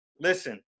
listen